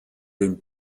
den